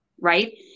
right